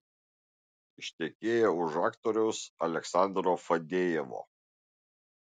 ištekėjo už aktoriaus aleksandro fadejevo